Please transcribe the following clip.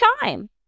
time